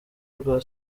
rwa